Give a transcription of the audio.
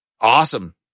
awesome